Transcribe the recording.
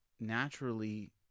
naturally